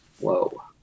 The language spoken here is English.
whoa